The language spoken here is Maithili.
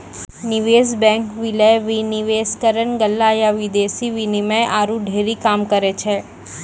निवेश बैंक, विलय, विनिवेशकरण, गल्ला या विदेशी विनिमय आरु ढेरी काम करै छै